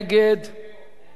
ההצעה